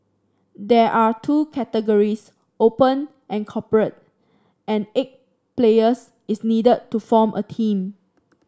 there are two categories Open and Corporate and eight players is needed to form a team